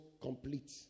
complete